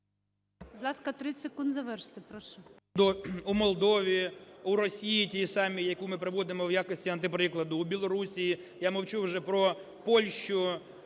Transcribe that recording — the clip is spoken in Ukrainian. У Молдові, у Росії тій самій, яку ми приводимо у якості антиприкладу, у Білорусі. Я мовчу вже про Польщу,